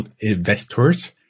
investors